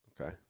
Okay